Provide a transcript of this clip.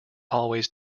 always